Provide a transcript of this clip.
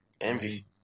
Envy